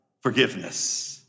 forgiveness